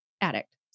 addict